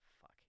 Fuck